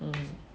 mm